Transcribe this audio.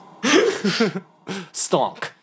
Stonk